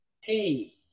Hey